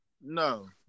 No